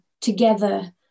together